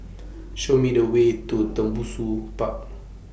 Show Me The Way to Tembusu Park